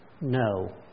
No